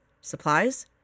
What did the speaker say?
supplies